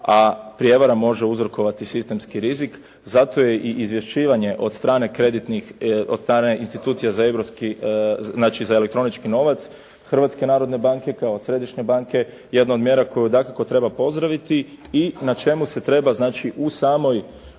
a prijevara može uzrokovati sistemski rizik, zato je i izvješćivanje od strane institucija za elektronički novac Hrvatske narodne banke kao središnje banke jedno od mjera koje dakako treba pozdraviti i na čemu se treba znači